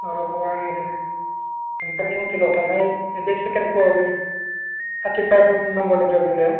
औ आं नोंथांनि ह'टेलाव थानाय नैबे सेकेन्द फ्लरनि टार्टिफाइब रुम नम्बरनिफ्राय बुंदों